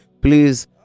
please